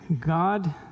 God